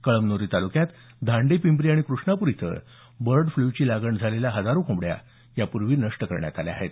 कळमन्री ताल्क्यात धांडे पिंपरी आणि क़ष्णापूर इथं बर्ड फ़्लची लागण झालेल्या हजारो कोंबड्या नष्ट करण्यात आल्या होत्या